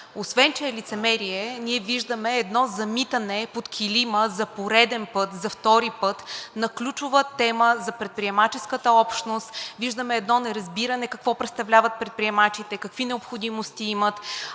Освен че е лицемерие, ние виждаме едно замитане под килима за пореден път, за втори път, на ключова тема за предприемаческата общност, виждаме едно неразбиране какво представляват предприемачите, какви необходимости имат,